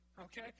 okay